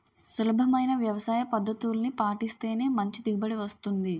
సులభమైన వ్యవసాయపద్దతుల్ని పాటిస్తేనే మంచి దిగుబడి వస్తుంది